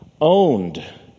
owned